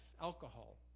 Alcohol